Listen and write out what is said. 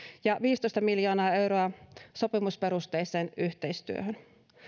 ja viisitoista miljoonaa euroa sopimusperusteiseen yhteistyöhön